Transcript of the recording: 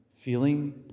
feeling